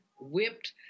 whipped